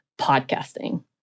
podcasting